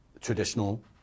traditional